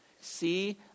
See